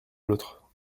l’autre